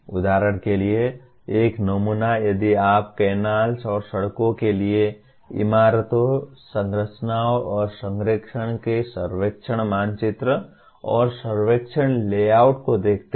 उदाहरण के लिए एक नमूना यदि आप कैनाल्स और सड़कों के लिए इमारतों संरचनाओं और संरेखण के सर्वेक्षण मानचित्र और सर्वेक्षण लेआउट को देखते हैं